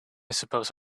suppose